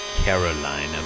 Carolina